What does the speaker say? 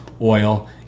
oil